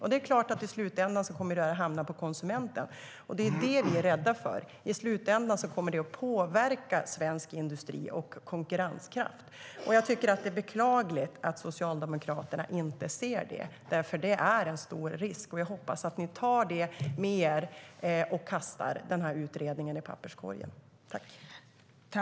Och det är klart att det i slutändan kommer att hamna på konsumenten. Det är det vi är rädda för. I slutändan kommer det att påverka svensk industri och konkurrenskraft.